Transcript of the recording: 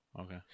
Okay